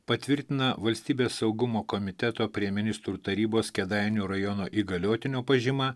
patvirtina valstybės saugumo komiteto prie ministrų tarybos kėdainių rajono įgaliotinio pažyma